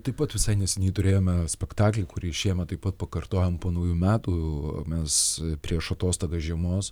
taip pat visai neseniai turėjome spektaklį kurį šiemet taip pat pakartojom po naujų metų mes prieš atostogas žiemos